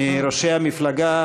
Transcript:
מראשי המפלגה